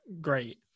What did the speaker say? great